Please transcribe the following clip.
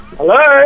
Hello